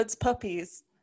puppies